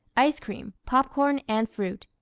ice cream, popcorn and fruit.